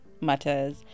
matters